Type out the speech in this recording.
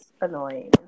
annoying